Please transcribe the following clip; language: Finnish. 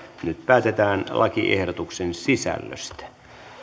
nyt päätetään lakiehdotuksen sisällöstä